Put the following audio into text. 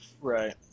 right